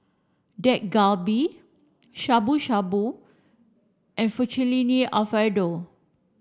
Dak Galbi Shabu shabu and Alfredo